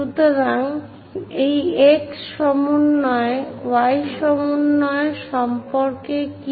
সুতরাং এই x সমন্বয় y সমন্বয় সম্পর্কে কি